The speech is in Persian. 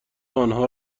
آنها